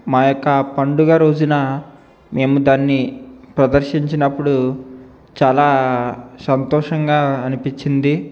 మా యొక్క పండుగ రోజున మేము దాన్ని ప్రదర్శించినప్పుడు చాలా సంతోషంగా అనిపిచ్చింది